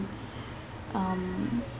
um